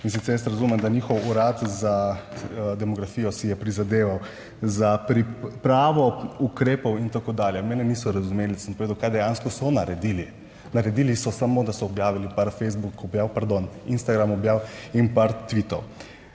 jaz razumem, da njihov Urad za demografijo si je prizadeval za pripravo ukrepov in tako dalje. Mene niso razumeli, sem povedal, kaj dejansko so naredili, naredili so samo, da so objavili par Facebook objav, pardon, instagram objav in par tvitov.